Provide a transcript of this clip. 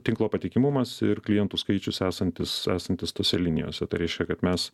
tinklo patikimumas ir klientų skaičius esantis esantis tose linijose tai reiškia kad mes